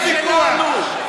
עזוב את הוויכוח,